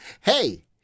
Hey